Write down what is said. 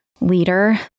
leader